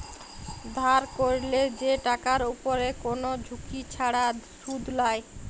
ধার ক্যরলে যে টাকার উপরে কোন ঝুঁকি ছাড়া শুধ লায়